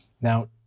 Now